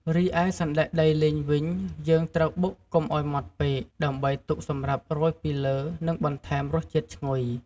រីឯសណ្ដែកដីលីងវិញយើងត្រូវបុកកុំឲ្យម៉ត់ពេក ដើម្បីទុកសម្រាប់រោយពីលើ និងបន្ថែមរសជាតិឈ្ងុយ។